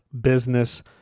business